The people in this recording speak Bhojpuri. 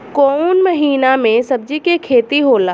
कोउन महीना में सब्जि के खेती होला?